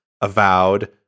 avowed